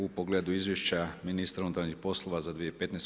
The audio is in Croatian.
U pogledu izvješća ministra unutarnjih poslova za 2015.